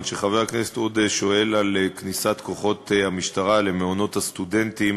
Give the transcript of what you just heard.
חבר הכנסת עודה שואל על כניסת כוחות המשטרה למעונות הסטודנטים